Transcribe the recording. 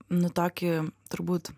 nu tokį turbūt